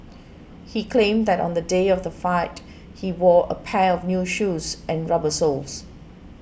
he claimed that on the day of the fight he wore a pair of new shoes and rubber soles